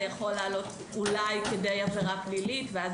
זה יכול לעלות אולי כדי עבירה פלילית ואז